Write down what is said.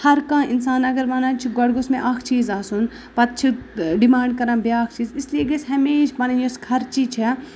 ہر کانٛہہ اِنسان اَگر وَنان چھُ گۄڈٕ گوٚژھ مےٚ اکھ چیٖز آسُن پَتہٕ چھُ ڈِمانڈ کران بیاکھ چیٖز اس لیے گژھِ ہمیشہٕ پَنٕنۍ یۄس خرچی چھےٚ